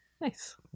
nice